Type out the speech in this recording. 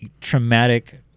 traumatic